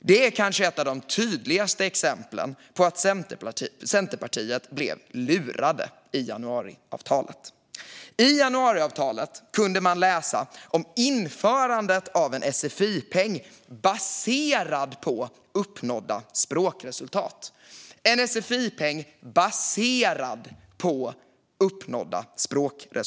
utredning är kanske ett av de tydligaste exemplen på att Centerpartiet blev lurade med januariavtalet. I januariavtalet kunde man läsa om införandet av en sfi-peng "baserad på uppnådda språkresultat".